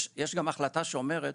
יש גם החלטה שאומרת,